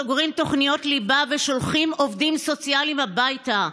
סוגרים תוכניות ליבה ושולחים עובדים סוציאליים הביתה.